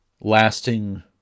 lasting